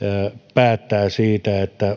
päättää siitä